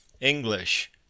English